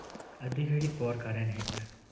ᱟᱹᱰᱤᱜᱷᱟᱹᱲᱤᱡ ᱯᱚᱨ ᱠᱟᱨᱮᱱ ᱦᱮᱡ ᱮᱱᱟ